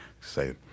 say